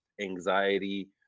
anxiety